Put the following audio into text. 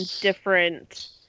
different